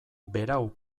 berau